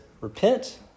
repent